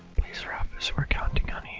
rafis we're counting on you